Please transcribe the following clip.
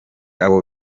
abo